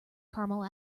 caramel